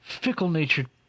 fickle-natured